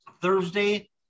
Thursday